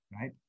right